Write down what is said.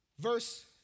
Verse